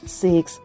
six